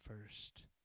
first